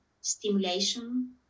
stimulation